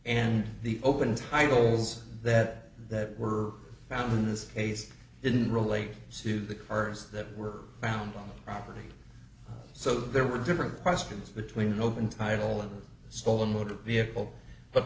and the open titles that that were found in this case didn't relate to the cars that were found on the property so there were different questions between an open title and stolen motor vehicle but